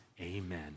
Amen